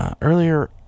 Earlier